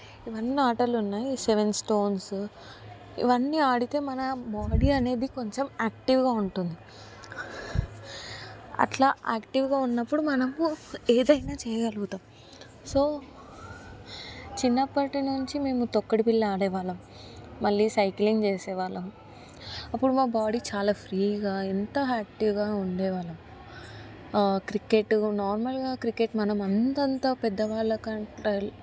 ఇవన్నీ ఆటలు ఉన్నాయి సెవెన్ స్టోన్స్ ఇవన్నీ ఆడితే మన బాడీ అనేది కొంచెం యాక్టివ్గా ఉంటుంది అట్లా యాక్టివ్గా ఉన్నప్పుడు మనము ఏదైనా చేయగలుగుతాం సో చిన్నప్పటి నుంచి మేము తొక్కుడు బిల్ల ఆడేవాళ్ళం మళ్లీ సైక్లింగ్ చేసేవాళ్ళం అప్పుడు మా బాడీ చాలా ఫ్రీగా ఎంతో యాక్టివ్గా ఉండేవాళ్ళం క్రికెట్ నార్మల్గా క్రికెట్ మనం అంతంత పెద్ద వాళ్ళ కంట